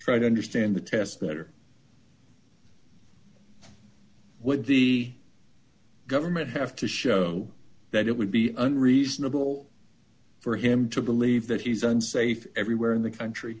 try to understand the test better what the government have to show that it would be unreasonable for him to believe that he's unsafe everywhere in the country